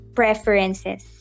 preferences